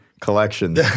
collection